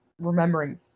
remembering